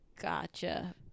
gotcha